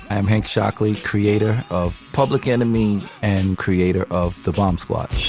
i'm hank shocklee, creator of public enemy and creator of the bomb squad